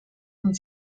und